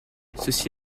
ceci